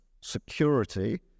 security